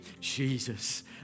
Jesus